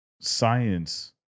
science